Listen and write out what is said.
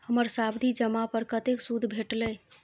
हमर सावधि जमा पर कतेक सूद भेटलै?